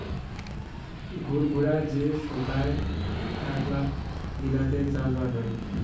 ঘুরঘুরা যে সোগায় এলাকাত গিলাতে চাষবাস হই